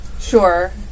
Sure